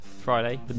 Friday